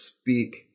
speak